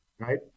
Right